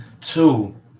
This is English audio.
Two